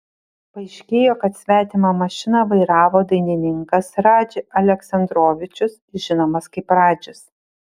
paaiškėjo kad svetimą mašiną vairavo dainininkas radži aleksandrovičius žinomas kaip radžis